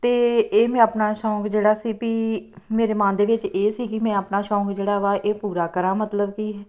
ਅਤੇ ਇਹ ਮੈਂ ਆਪਣਾ ਸ਼ੌਂਕ ਜਿਹੜਾ ਸੀ ਪੀ ਮੇਰੇ ਮਨ ਦੇ ਵਿੱਚ ਇਹ ਸੀ ਕਿ ਮੈਂ ਆਪਣਾ ਸ਼ੌਂਕ ਜਿਹੜਾ ਵਾ ਇਹ ਪੂਰਾ ਕਰਾਂ ਮਤਲਬ ਕਿ